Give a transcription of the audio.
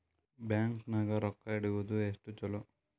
Bank ನಾಗ ರೊಕ್ಕ ಇಡುವುದು ಎಷ್ಟು ಚಲೋ?